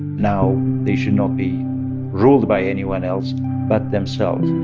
now they should not be ruled by anyone else but themselves